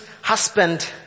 husband